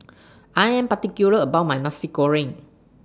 I Am particular about My Nasi Goreng